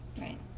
right